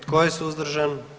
Tko je suzdržan?